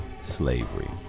slavery